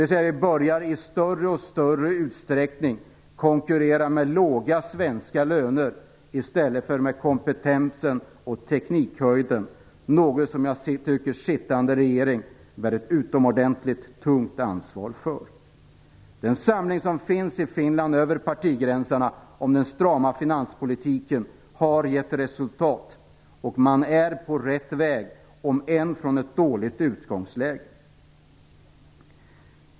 Vi börjar således i större och större utsträckning att konkurrera med låga svenska löner i stället för med kompetens och teknik, något som jag anser att den sittande regeringen bär ett utomordentligt tungt ansvar för. Den samling som finns i Finland över partigränserna kring den strama finanspolitiken har gett resultat, och man är på rätt väg, om än från ett dåligt utgångsläge.